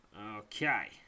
Okay